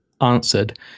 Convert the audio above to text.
answered